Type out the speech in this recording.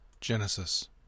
Genesis